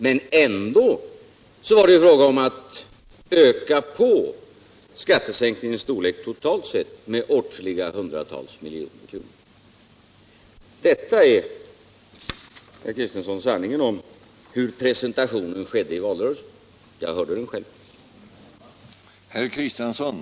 Men ändå var det fråga om att öka på skattesänkningens storlek totalt sett med åtskilliga hundra miljoner. Detta är, herr Kristiansson, sanningen om hur presentationen skedde under valrörelsen. Jag hörde den själv.